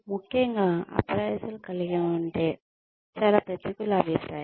ముఖ్యంగా అప్రైసల్ కలిగి ఉంటే చాలా ప్రతికూల అభిప్రాయం